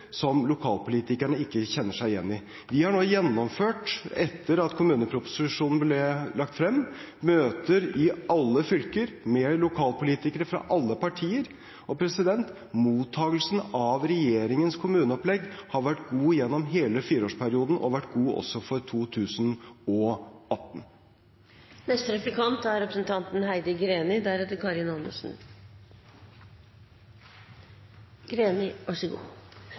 som lokalpolitikerne ikke kjenner seg igjen i. Vi har nå gjennomført – etter at kommuneproposisjonen ble lagt frem – møter i alle fylker, med lokalpolitikere fra alle partier. Mottagelsen av regjeringens kommuneopplegg har vært god gjennom hele fireårsperioden, og den har vært god også for